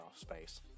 space